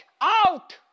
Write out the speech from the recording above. out